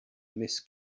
miss